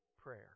prayer